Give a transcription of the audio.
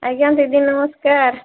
ଆଜ୍ଞା ଦିଦି ନମସ୍କାର